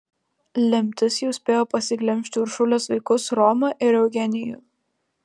lemtis jau spėjo pasiglemžti uršulės vaikus romą ir eugenijų